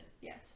Yes